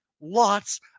Lots